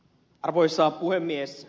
arvoisa puhemies